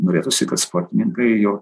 norėtųsi kad sportininkai jau